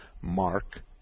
Mark